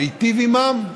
תיטיב עמם,